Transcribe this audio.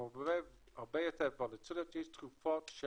אבל יש תקופות,